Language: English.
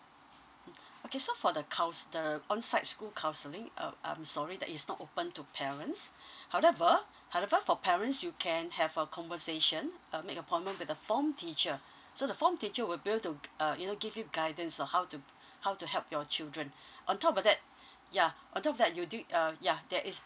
okay so for the couns~ the on site school counselling uh I'm sorry that is not open to parents however however for parents you can have a conversation uh make appointment with the form teacher so the form teacher will be to uh you know give you guidance on how to how to help your children on top of that ya on top of that you do uh ya there is